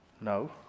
No